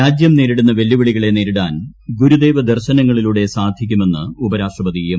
രാജ്യം നേരിടുന്ന വെല്ലുവിളികളെ നേരിടാൻ ഗുരുദേവ ദർശനങ്ങളിലുടെ സാധിക്കുമെന്ന് ഉപരാഷ്ട്രപതി എം